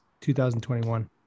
2021